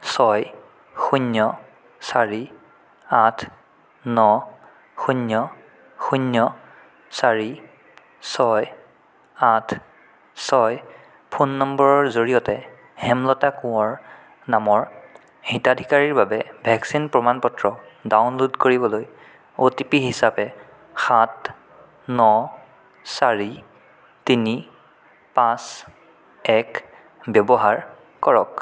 ছয় শূন্য চাৰি আঠ ন শূন্য শূন্য চাৰি ছয় আঠ ছয় ফোন নম্বৰৰ জৰিয়তে হেমলতা কোঁৱৰ নামৰ হিতাধিকাৰীৰ বাবে ভেকচিন প্ৰমাণ পত্ৰ ডাউনলোড কৰিবলৈ অ'টিপি হিচাপে সাত ন চাৰি তিনি পাঁচ এক ব্যৱহাৰ কৰক